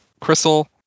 crystal